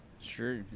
Sure